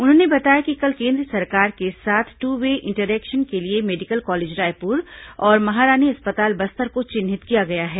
उन्होंने बताया कि कल केन्द्र सरकार के साथ ट्र वे इन्टरेक्शन के लिए मेडिकल कॉलेज रायपुर और महारानी अस्पताल बस्तर को चिन्हित किया गया है